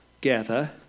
gather